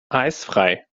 eisfrei